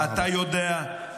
אתה יודע,